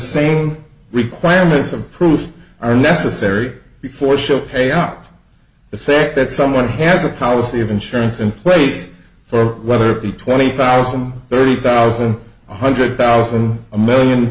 same requirements of proof are necessary before she'll pay out the fact that someone has a policy of insurance in place for whether it be twenty thousand thirty thousand one hundred thousand a million